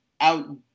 out